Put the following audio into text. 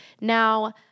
Now